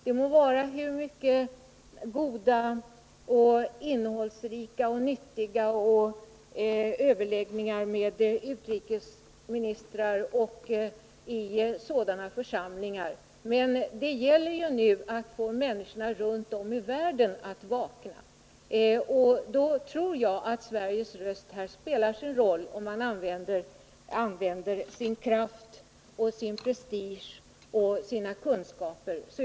Det må vara hur goda, innehållsrika och nyttiga överläggningar som helst med utrikeministrar, det gäller nu ändå att få människorna runt om i världen att vakna. I det sammanhanget tror jag att vår röst spelar en roll, om man använder sin kraft och prestige och sina kunskaper.